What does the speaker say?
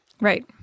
Right